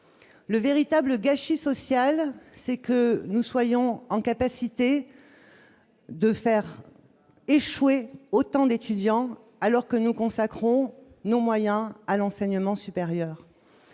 le véritable gâchis social, c'est que nous soyons en capacité de faire échouer autant d'étudiants alors que nous consacrons nos moyens à l'enseignement supérieur